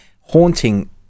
haunting